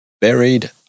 buried